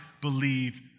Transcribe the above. believe